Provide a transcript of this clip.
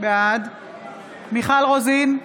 בעד מיכל רוזין,